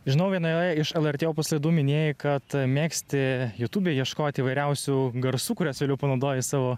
žinau viename iš lrt opus laidų minėjai kad mėgsti youtube ieškoti įvairiausių garsų kuriuos vėliau panaudoji savo